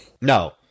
No